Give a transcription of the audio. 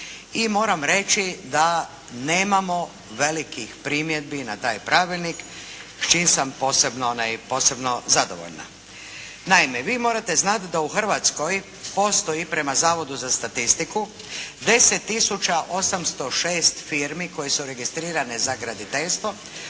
i moram reći da nemamo velikih primjedbi na taj pravilnik s čim sam posebno zadovoljna. Naime, vi morate znati da u Hrvatskoj postoji prema Zavodu za statistiku 10806 firmi koje su registrirane za graditeljstvo.